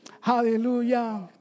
Hallelujah